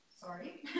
sorry